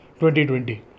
2020